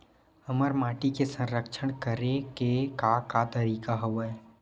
हमर माटी के संरक्षण करेके का का तरीका हवय?